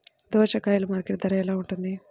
దోసకాయలు మార్కెట్ ధర ఎలా ఉంటుంది?